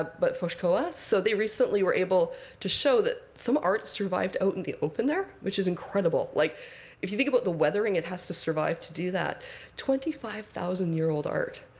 but foz coa. so they recently were able to show that some art survived out in the open there, which is incredible. like if you think about the weathering it has to survive to do that twenty five thousand year old art.